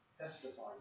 testify